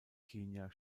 kenia